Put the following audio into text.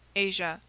asia,